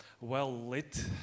well-lit